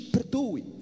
Perdoe